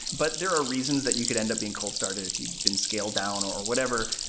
but there are reasons that you can end up being cold start and if you've been scaled down or whatever.